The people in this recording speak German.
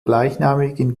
gleichnamigen